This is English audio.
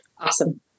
Awesome